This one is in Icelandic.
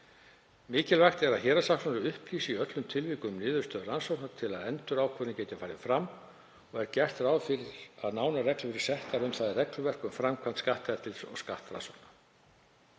Mikilvægt er að héraðssaksóknari upplýsi í öllum tilvikum um niðurstöðu rannsóknar til að endurákvörðun geti farið fram og gert er ráð fyrir að nánari reglur verði settar um það í reglugerð um framkvæmd skatteftirlits og skattrannsókna.